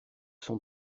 son